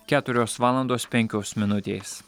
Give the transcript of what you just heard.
keturios valandos penkios minutės